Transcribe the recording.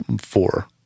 four